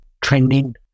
trending